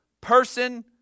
person